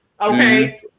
okay